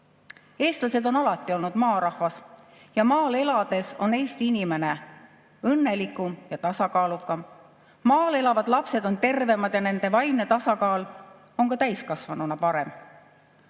Eestlased on alati olnud maarahvas ja maal elades on eesti inimene õnnelikum ja tasakaalukam. Maal elavad lapsed on tervemad ja nende vaimne tasakaal on ka täiskasvanuna parem.